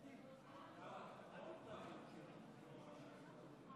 אני קובע כי הצעת החוק לא